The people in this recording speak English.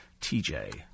TJ